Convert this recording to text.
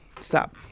stop